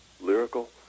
lyrical